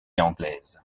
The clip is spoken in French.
anglaise